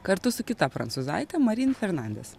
kartu su kita prancūzaite marin fernandes